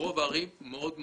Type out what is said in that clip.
ברוב הערים הצפיפות מאוד נמוכה,